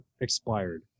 expired